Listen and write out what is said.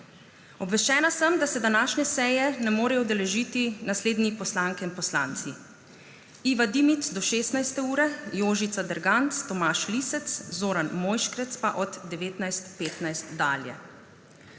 Obveščena sem, da se današnje seje ne morejo udeležiti naslednji poslanke in poslanci: Iva Dimic do 16. ure, Jožica Derganc, Tomaž Lisec, Zoran Mojškerc pa od 19.15 dalje.